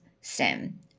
Sam